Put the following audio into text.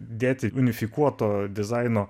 dėti unifikuoto dizaino